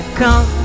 come